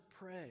pray